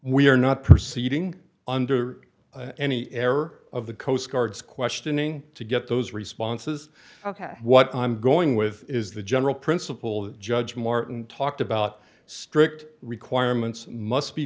we are not proceeding under any error of the coastguards questioning to get those responses ok what i'm going with is the general principle that judge martin talked about strict requirements must be